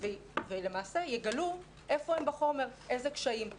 ולמעשה יגלו איפה הם בחומר, איזה קשיים.